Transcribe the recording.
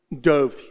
dove